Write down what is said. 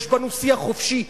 יש אצלנו שיח חופשי.